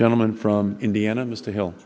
gentleman from indiana mr hill